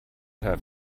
have